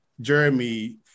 Jeremy